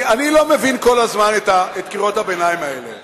אני לא מבין את קריאות הביניים האלה